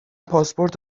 پاسپورت